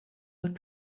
would